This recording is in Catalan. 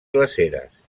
glaceres